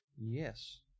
Yes